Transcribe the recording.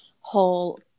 whole